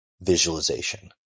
visualization